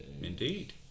Indeed